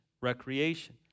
Recreation